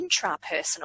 intrapersonal